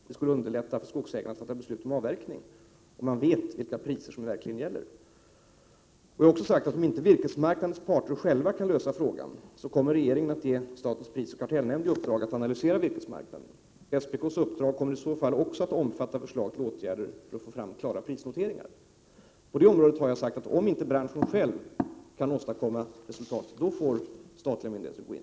Det skulle underlätta skogsägarnas avverkningsbeslut om de visste vilka priser som verkligen gäller. Jag har också sagt, att om virkesmarknadens parter inte själva kan lösa frågan, kommer regeringen att ge statens prisoch kartellnämnd i uppdrag att analysera virkesmarknaden. SPK:s uppdrag kommer i så fall att omfatta även förslag till åtgärder för att få fram klara prisnoteringar. När det gäller detta område har jag sagt, att om branschen inte själv kan åstadkomma resultat, får de statliga myndigheterna gå in.